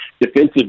defensive